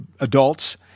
adults